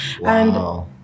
Wow